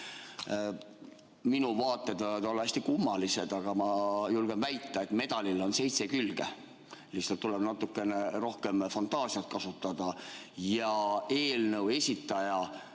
Minu vaated võivad olla hästi kummalised, aga ma julgen väita, et medalil on seitse külge, lihtsalt tuleb natukene rohkem fantaasiat kasutada. Eelnõu esitaja